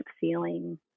feeling